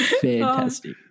Fantastic